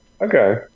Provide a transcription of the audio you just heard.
Okay